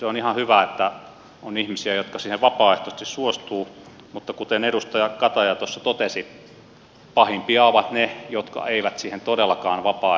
on ihan hyvä että on ihmisiä jotka siihen vapaaehtoisesti suostuvat mutta kuten edustaja kataja tuossa totesi pahimpia ovat ne jotka eivät siihen todellakaan vapaaehtoisesti suostu